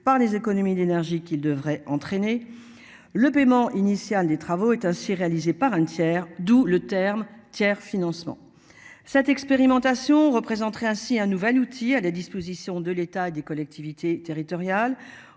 par les économies d'énergie qui devrait entraîner le paiement initial des travaux est ainsi réalisé par un tiers, d'où le terme tiers-financement cette expérimentation représenterait ainsi un nouvel outil à la disposition de l'État et des collectivités territoriales.